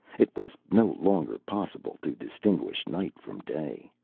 it was no longer possible to distinguish night from day.